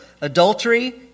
adultery